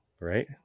Right